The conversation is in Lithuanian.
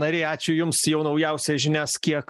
nariai ačiū jums jau naujausias žinias kiek